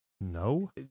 No